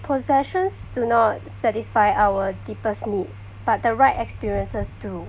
possessions do not satisfy our deepest needs but the right experiences do